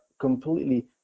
completely